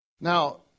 Now